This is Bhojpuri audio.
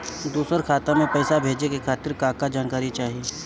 दूसर खाता में पईसा भेजे के खातिर का का जानकारी चाहि?